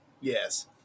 Yes